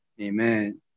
Amen